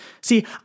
See